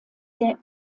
der